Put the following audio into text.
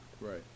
Right